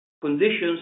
conditions